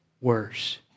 worse